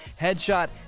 headshot